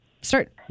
start